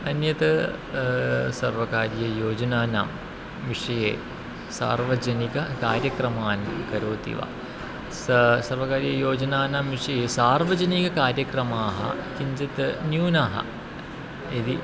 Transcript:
अन्यत् सर्वकारीययोजनानां विषये सार्वजनिककार्यक्रमाणि करोति वा स सर्वकारीययोजनानां विषये सार्वजनिककार्यक्रमाः किञ्चित् न्यूनाः यदि